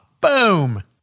Boom